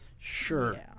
Sure